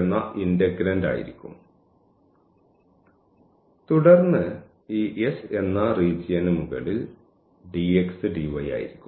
എന്ന ഇന്റെഗ്രേൻഡ് ആയിരിക്കും തുടർന്ന് ഈ S എന്ന റീജിയന് മുകളിൽ dx dy ആയിരിക്കും